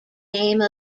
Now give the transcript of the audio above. name